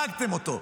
הרגתם אותו.